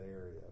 area